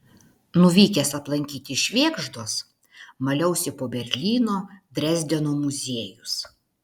nuvykęs aplankyti švėgždos maliausi po berlyno drezdeno muziejus